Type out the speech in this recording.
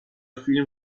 فیلم